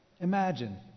Imagine